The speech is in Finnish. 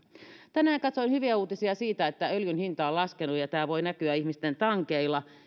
tänään katsoin hyviä uutisia siitä että öljyn hinta on laskenut ja ja tämä voi näkyä ihmisten tankeilla